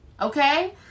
okay